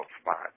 spot